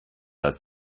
als